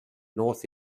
north